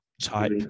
type